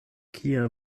kia